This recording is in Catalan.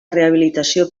rehabilitació